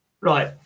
Right